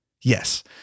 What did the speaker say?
Yes